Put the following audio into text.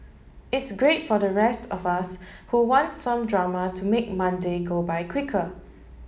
it's great for the rest of us who want some drama to make Monday go by quicker